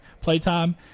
playtime